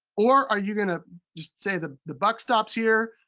or are you gonna just say the the buck stops here,